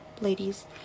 Ladies